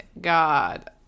God